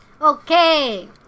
okay